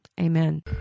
Amen